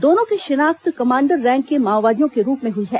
दोनों की शिनाख्त कमांडर रैंक के माओवादियों के रूप में हुई है